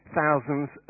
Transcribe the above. thousands